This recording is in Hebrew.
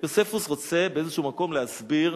יוספוס רוצה באיזה מקום להסביר